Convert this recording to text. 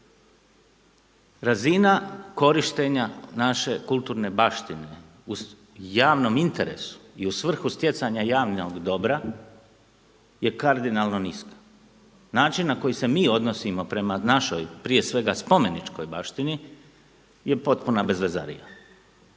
Razina korištenja naše kulturne baštine u javnom interesu i u svrhu stjecanja javnog dobra je kardinalno niska. Način na koji se mi odnosimo prema našoj, prije svega spomeničkoj baštini je potpuna bezvezarija.